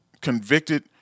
convicted